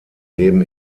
leben